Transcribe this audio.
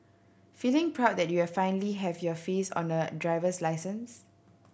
feeling proud that you are finally have your face on a driver's license